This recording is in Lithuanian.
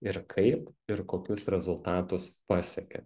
ir kaip ir kokius rezultatus pasiekė